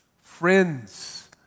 friends